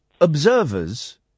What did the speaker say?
Observers